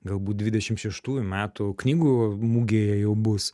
galbūt dvidešim šeštųjų metų knygų mugėje jau bus